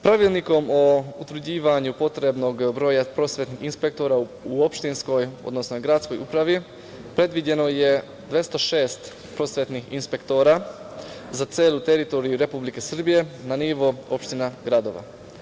Pravilnikom o utvrđivanju potrebnog broja prosvetnih inspektora u opštinskoj, odnosno gradskoj upravi, predviđeno je 206 prosvetnih inspektora za celu teritoriju Republike Srbije na nivo opština i gradova.